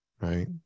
right